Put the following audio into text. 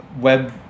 web